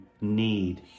need